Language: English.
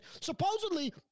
supposedly